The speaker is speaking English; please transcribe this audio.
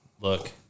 Look